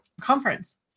conference